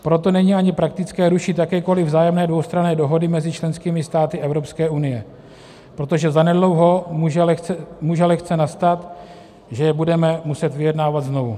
Proto není ani praktické rušit jakékoliv vzájemné dvoustranné dohody mezi členskými státy Evropské unie, protože zanedlouho může lehce nastat, že je budeme muset vyjednávat znovu.